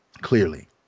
Clearly